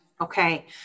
okay